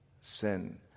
sin